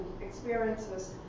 experiences